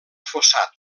fossat